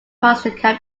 passenger